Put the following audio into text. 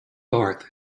barth